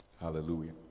hallelujah